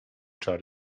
czar